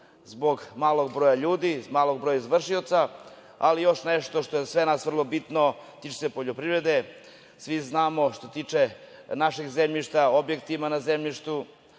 zbog malog broja ljudi, malog broja izvršioca, ali još nešto što je za sve nas vrlo bitno tiče se poljoprivrede. Svi znamo što se tiče našeg zemljišta, objektima na zemljištu,